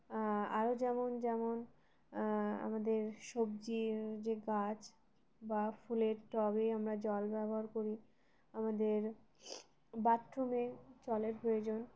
আরও যেমন যেমন আমাদের সবজির যে গাছ বা ফুলের টবে আমরা জল ব্যবহার করি আমাদের বাথরুমে জলের প্রয়োজন